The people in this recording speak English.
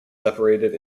separated